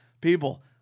People